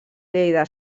lleida